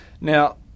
Now